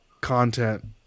content